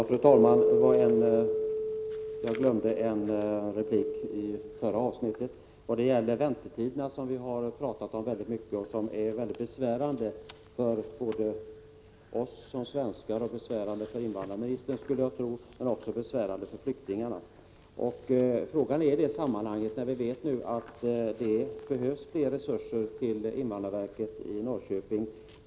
Fru talman! Jag glömde en replik i förra avsnittet. Det gäller väntetiderna, som vi har talat mycket om och som är mycket besvärande för oss som svenskar — och för invandrarministern, skulle jag tro — och även för flyktingarna. Vi vet att det nu behövs mer resurser till invandrarverket i Norrköping.